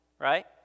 right